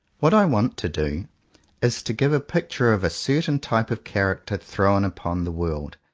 what i want to do is to give a picture of a certain type of character thrown upon the world,